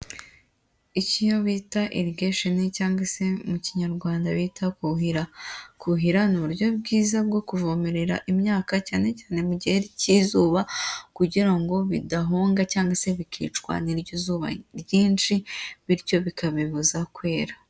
Inzu ifite urugi rw'ubururu na sima hasi, harimo utumeza duteretsweho ibitabo bitandukanye.